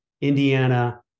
Indiana